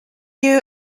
you